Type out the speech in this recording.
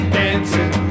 dancing